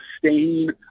sustain